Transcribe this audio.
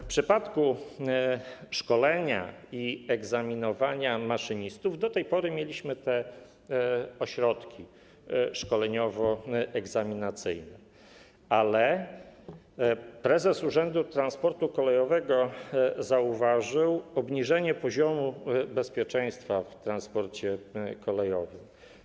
W przypadku szkolenia i egzaminowania maszynistów do tej pory mieliśmy te ośrodki szkoleniowo-egzaminacyjne, ale prezes Urzędu Transportu Kolejowego zauważył obniżenie poziomu bezpieczeństwa w transporcie kolejowym.